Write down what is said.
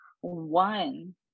one